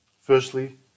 Firstly